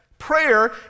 Prayer